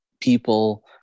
people